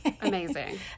amazing